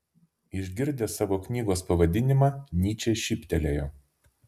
išgirdęs savo knygos pavadinimą nyčė šyptelėjo